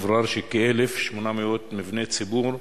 הוברר שכ-1,800 מבני ציבור,